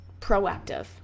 proactive